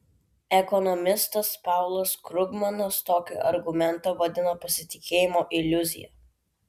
ekonomistas paulas krugmanas tokį argumentą vadina pasitikėjimo iliuzija